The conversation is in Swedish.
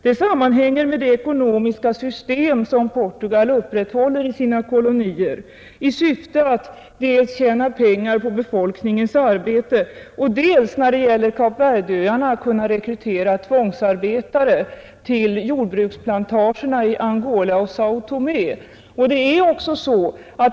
Detta sammanhänger med det ekonomiska system som Portugal upprätthåller i sina kolonier i syfte dels att tjäna pengar på befolkningens arbete och dels när det gäller Kap Verdeöarna att rekrytera tvångsarbetare till jordbruksplantagerna i Angola och Säo Tomé.